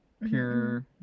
pure